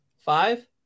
five